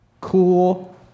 Cool